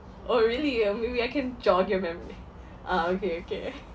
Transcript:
oh really ah maybe I can jog your memory ah okay okay